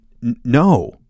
No